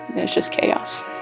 there's just chaos